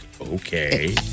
okay